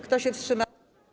Kto się wstrzymał?